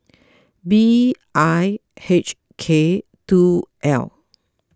B I H K two L